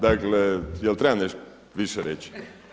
Dakle jel trebam nešto više reći?